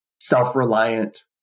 self-reliant